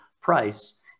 price